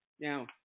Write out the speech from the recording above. Now